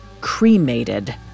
Cremated